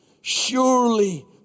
Surely